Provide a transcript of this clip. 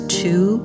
two